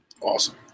awesome